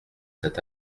cet